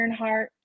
Earnhardt